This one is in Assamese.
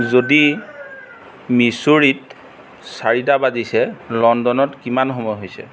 যদি মিচৰিত চাৰিটা বাজিছে লণ্ডনত কিমান সময় হৈছে